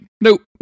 nope